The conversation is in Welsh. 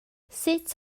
sut